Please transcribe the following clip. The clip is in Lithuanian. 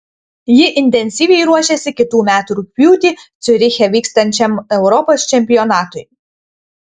ji intensyviai ruošiasi kitų metų rugpjūtį ciuriche vyksiančiam europos čempionatui